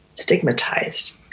stigmatized